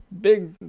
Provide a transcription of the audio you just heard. big